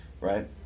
right